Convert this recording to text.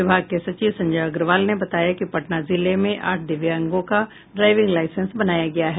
विभाग के सचिव संजय अग्रवाल ने बताया कि पटना जिले में आठ दिव्यांगों का ड्राइविंग लाईसेंस बनाया गया है